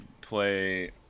play